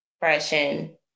depression